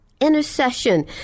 Intercession